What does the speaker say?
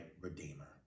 redeemer